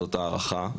זאת הערכה,